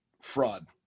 fraud